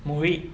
movie